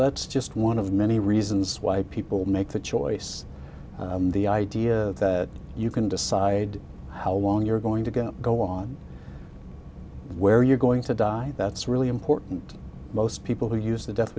that's just one of the many reasons why people make that choice the idea that you can decide how long you're going to go go on where you're going to die that's really important most people who use the death